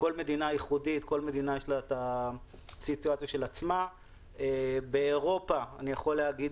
לכל מדינה יש המצב של עצמה באופן ייחודי.